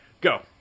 go